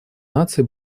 наций